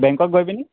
বেংকত গৈ পিনি